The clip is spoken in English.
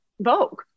Vogue